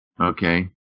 Okay